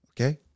Okay